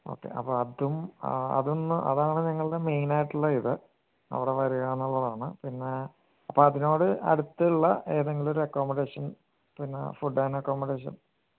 okay അപ്പം അതും അ അതൊന്ന് അതാണ് ഞങ്ങളുടെ മെയിനായിട്ടുള്ള ഇത് അവിടെ വരിക എന്നുള്ളതാണ് പിന്നെ അപ്പം അതിനോട് അടുത്തുള്ള ഏതെങ്കിലുമൊരു അക്കോമഡേഷൻ പിന്നെ ഫുഡ് ആൻഡ് അക്കോമഡേഷൻ